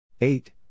eight